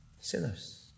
sinners